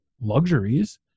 luxuries